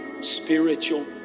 spiritual